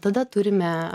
tada turime